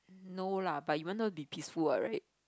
no lah but it would not be peaceful what right